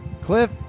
Cliff